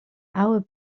our